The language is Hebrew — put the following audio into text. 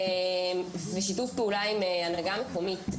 ושיתוף פעולה עם ההנהגה המקומית.